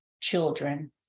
children